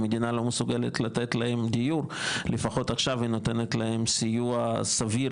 אם המדינה לא מסוגלת לתת להם דיור לפחות עכשיו היא נותנת להם סיוע סביר